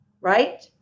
Right